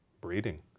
Breeding